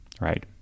right